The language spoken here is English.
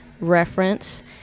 reference